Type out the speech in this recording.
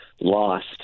lost